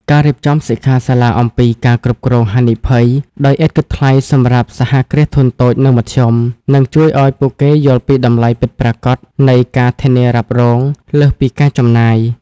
ការរៀបចំសិក្ខាសាលាអំពី ការគ្រប់គ្រងហានិភ័យ ដោយឥតគិតថ្លៃសម្រាប់ សហគ្រាសធុនតូច និងមធ្យម នឹងជួយឱ្យពួកគេយល់ពីតម្លៃពិតប្រាកដនៃ ការធានារ៉ាប់រង លើសពីការចំណាយ។